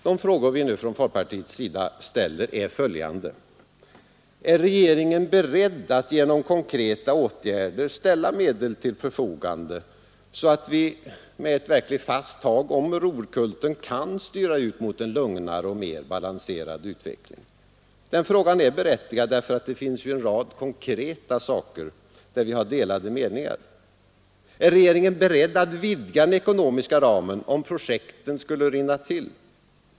De frågor vi nu från folkpartiets sida ställer är följande: Är regeringen beredd att genom konkreta åtgärder ställa medel till förfogande, så att vi med ett verkligt fast tag om rorkulten kan styra ut mot en lugnare och mer balanserad utveckling? Den frågan är berättigad, eftersom det ju finns en rad konkreta saker som vi har delade meningar om. Är regeringen beredd att vidga den ekonomiska ramen, om projekten skulle rinna till?